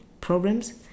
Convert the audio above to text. problems